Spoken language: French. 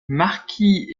marquis